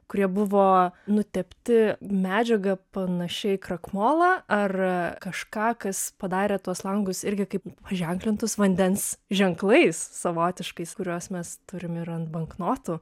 kurie buvo nutepti medžiaga panašia į krakmolą ar kažką kas padarė tuos langus irgi kaip paženklintus vandens ženklais savotiškais kuriuos mes turim ir ant banknotų